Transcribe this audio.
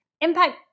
impact